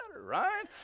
right